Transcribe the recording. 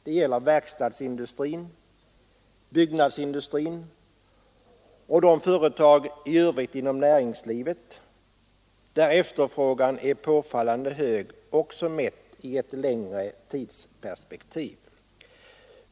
Det gäller verkstadsindustrin, byggnadsindustrin och de företag i övrigt inom näringslivet där efterfrågan är påfallande hög också mätt i ett längre tidsperspektiv.